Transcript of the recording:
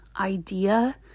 idea